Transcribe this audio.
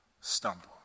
stumble